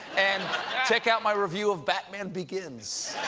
and check out my review of batman begins!